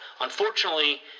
Unfortunately